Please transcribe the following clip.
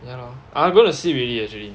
ya lor I was going to sleep already actually